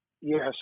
Yes